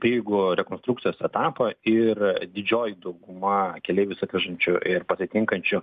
prieigų rekonstrukcijos etapą ir didžioji dauguma keleivius atvežančių ir pasitinkančių